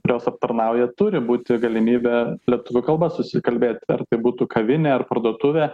kurios aptarnauja turi būti galimybė lietuvių kalba susikalbėti ar tai būtų kavinė ar parduotuvė